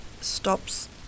stops